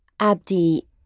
Abdi